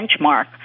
benchmark